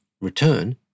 return